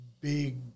big